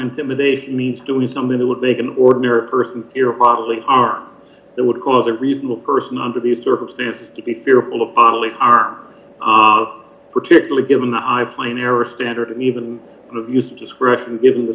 intimidation means doing something that would make an ordinary person iran as they are that would cause a reasonable person under these circumstances to be fearful of bodily harm particularly given the high plain error standard and even use discretion given the